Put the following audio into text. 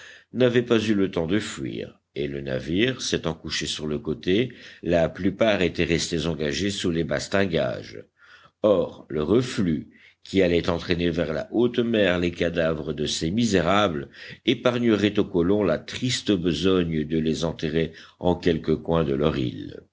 n'avaient pas eu le temps de fuir et le navire s'étant couché sur le côté la plupart étaient restés engagés sous les bastingages or le reflux qui allait entraîner vers la haute mer les cadavres de ces misérables épargnerait aux colons la triste besogne de les enterrer en quelque coin de leur île